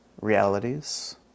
realities